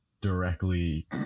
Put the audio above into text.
directly